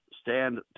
stand